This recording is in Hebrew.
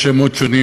יש שמות שונים